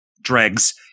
dregs